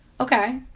okay